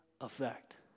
effect